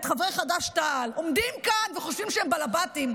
חברי חד"ש-תע"ל עומדים כאן וחושבים שהם בעל-בתים.